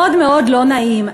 זה מאוד מאוד לא נעים.